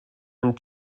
and